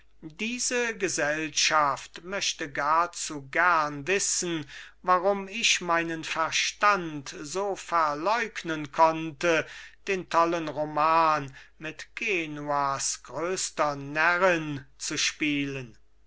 diese gesellschaft möchte gar zu gern wissen warum ich meinen verstand so verleugnen konnte den tollen roman mit genuas größter närrin zu spielen